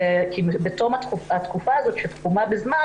כי בתום התקופה הזאת שתחומה בזמן